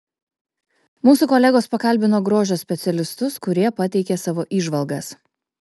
mūsų kolegos pakalbino grožio specialistus kurie pateikė savo įžvalgas